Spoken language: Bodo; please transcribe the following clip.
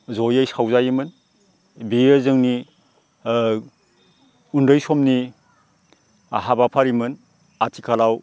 जयै सावजायोमोन बियो जोंनि ओ उन्दै समनि हाबाफारिमोन आथिखालाव